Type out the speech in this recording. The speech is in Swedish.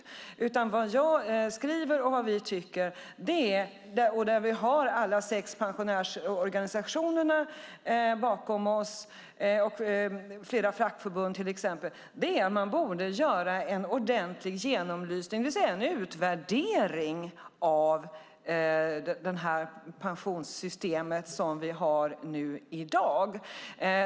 Det jag skriver och det vi tycker, och där har vi alla sex pensionärsorganisationer bakom oss liksom bland annat flera fackförbund, är att man borde göra en ordentlig genomlysning, det vill säga en utvärdering av det pensionssystem som vi har i dag.